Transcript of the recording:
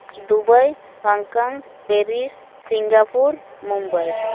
Dubai Hong Kong Paris Singapore Mumbai